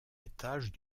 étage